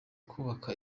kubaka